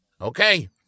Okay